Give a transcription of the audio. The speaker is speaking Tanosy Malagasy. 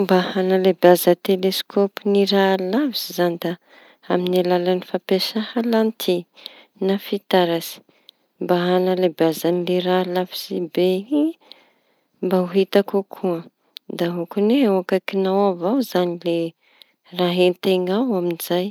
Ny fomba fanalebiaza ny teleskôpy ny raha lavitsy zañy. Da amy alalañy fampiasa lanti na fitaratsy mba hañalebiaza le raha lavitsy be iñy mba ho hita kokoa da ôkin'ny hoe eo akaikiñao avao le raha enteñao amizay.